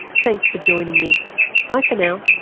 thanks for joining me by for now.